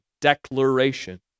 Declaration